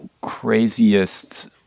craziest